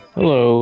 Hello